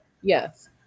Yes